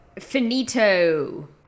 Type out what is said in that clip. finito